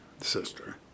Sister